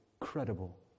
incredible